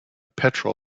petrol